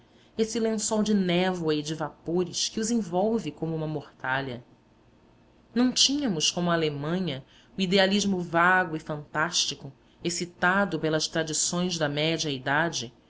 esse lençol de névoa e de vapores que os envolve como uma mortalha não tínhamos como a alemanha o idealismo vago e fantástico excitado pelas tradições da média idade